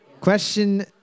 Question